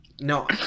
No